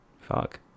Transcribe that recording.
fuck